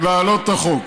להעלות את החוק.